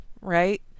right